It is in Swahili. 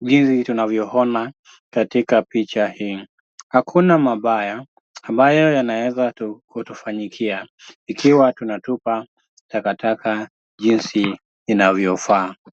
hivi tunavyoona katika picha hii. Hakuna mabaya ambayo yanaweza kutufanyikia ikiwa tunatupa takataka jinsi inavyofaa.